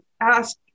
ask